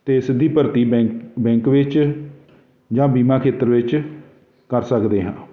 ਅਤੇ ਸਿੱਧੀ ਭਰਤੀ ਬੈਂਕ ਬੈਂਕ ਵਿੱਚ ਜਾਂ ਬੀਮਾ ਖੇਤਰ ਵਿੱਚ ਕਰ ਸਕਦੇ ਹਾਂ